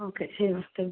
okay ശരി thank U